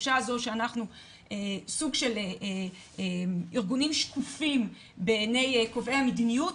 התחושה הזו שאנחנו סוג של ארגונים שקופים בעיני קובעי המדיניות,